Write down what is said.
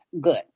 good